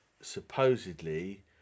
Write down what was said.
supposedly